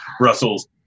Russell's